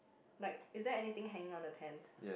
like is there anything hanging on the tents